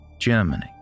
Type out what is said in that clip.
Germany